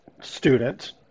student